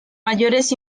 mayores